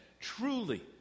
truly